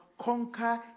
conquer